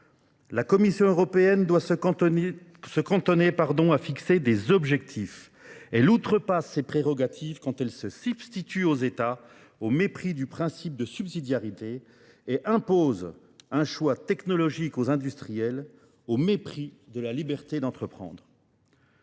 La Commission européenne doit se cantonner à fixer des objectifs. Elle outre-passe ses prérogatives quand elle se substitue aux États au mépris du principe de subsidiarité et impose un choix technologique aux industriels au mépris de la liberté d'entreprendre.